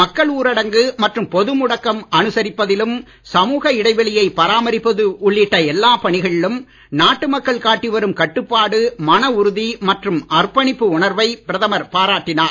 மக்கள் ஊரடங்கு மற்றும் பொது முடக்கம் அனுசரிப்பதிலும் சமுக இடைவெளியை பராமரிப்பது உள்ளிட்ட எல்லாப் பணிகளிலும் நாட்டு மக்கள் காட்டி வரும் கட்டுப்பாடு மனஉறுதி மற்றும் அர்ப்பணிப்பு உணர்வை பிரதமர் பாராட்டினார்